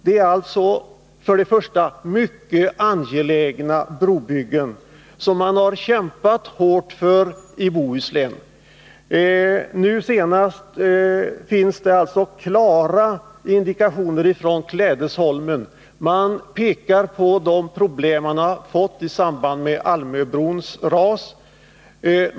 Det är mycket angelägna brobyggen 139 som man i Bohuslän har kämpat hårt för. På Klädesholmen pekar man på de problem man har fått i samband med Almöbrons ras.